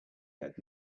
had